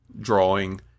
drawing